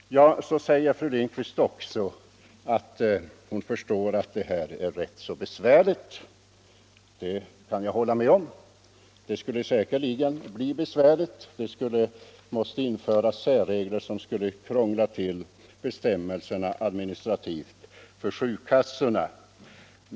Så sade fru Lindquist att hon förstår att det här är rätt besvärligt. Jag kan hålla med om att det säkerligen skulle bli besvärligt. Det måste införas särregler som skulle krångla till bestämmelserna för sjukkassorna.